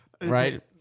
right